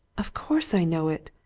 of course i know it!